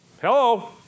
Hello